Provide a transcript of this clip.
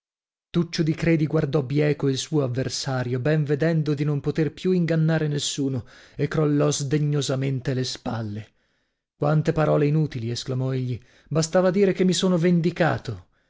tuccio di credi guardò bieco il suo avversario ben vedendo di non poter più ingannare nessuno e crollò sdegnosamente le spalle quante parole inutili esclamò egli bastava dire che mi sono vendicato